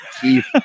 keith